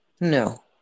No